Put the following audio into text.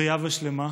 בריאה ושלמה.